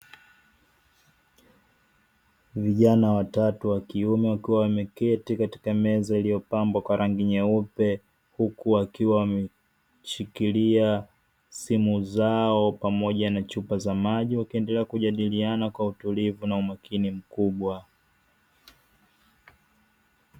Vijana watatu wakiume, wakiwa wameketi katika meza iliyopambwa kwa rangi nyeupe, huku wakiwa wameshikilia simu zao pamoja na chupa za maji, wakiendelea kujadiliana kuwa utulivu na umakini mkubwa.